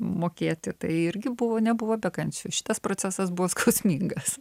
mokėti tai irgi buvo nebuvo be kančių šitas procesas buvo skausmingas